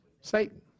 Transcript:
satan